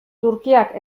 turkiak